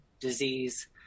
disease